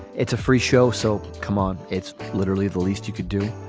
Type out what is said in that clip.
it's a free show, so come on. it's literally the least you could do.